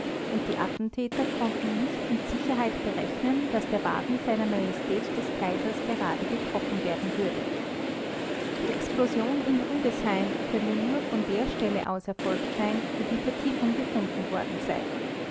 und die attentäter konnten nicht mit sicherheit berechnen daß der wagen seiner majestät des kaisers gerade getroffen werden würde die explosion in rüdesheim könne nur von der stelle aus erfolgt sein wo die vertiefung gefunden worden sei